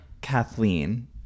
Kathleen